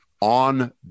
On